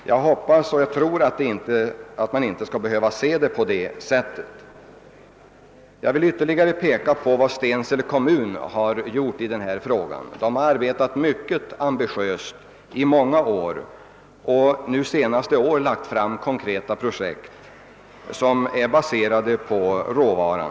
Jag hoppas och tror att man inte skall behöva se saken på det sättet. Jag vill ytterligare peka på vad Stensele kommun gjort i denna fråga. Man har där arbetat mycket ambitiöst under många år och nu under de senaste åren lagt fram konkreta projekt som är baserade på skogsråvaran.